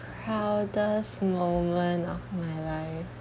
proudest moment of my life